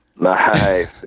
nice